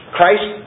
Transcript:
Christ